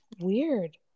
Weird